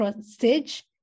stage